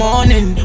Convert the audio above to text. Morning